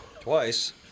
twice